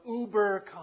uber